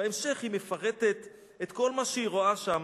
בהמשך היא מפרטת את כל מה שהיא רואה שם.